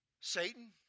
Satan